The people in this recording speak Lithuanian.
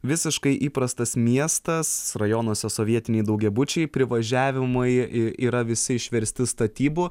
visiškai įprastas miestas rajonuose sovietiniai daugiabučiai privažiavimai yra visi išversti statybų